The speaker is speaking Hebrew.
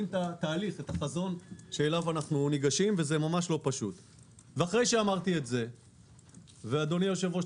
אדוני היושב-ראש,